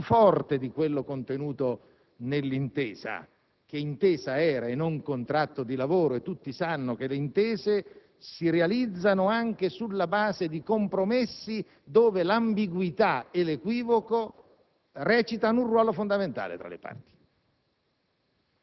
poteva portare ad un inquadramento giuridico più forte di quello contenuto nell'intesa (che intesa era e non contratto di lavoro) e tutti sanno che le intese si realizzano anche sulla base di compromessi, dove l'ambiguità e l'equivoco